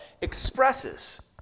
expresses